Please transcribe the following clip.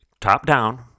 top-down